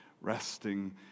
resting